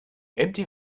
empty